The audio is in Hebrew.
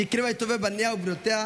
שהקריבה את טובי בניה ובנותיה,